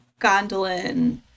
Gondolin